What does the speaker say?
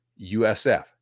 USF